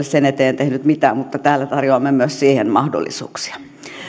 sen eteen tehnyt mitään mutta täällä tarjoamme myös siihen mahdollisuuksia